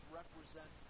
represent